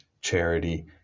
charity